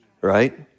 right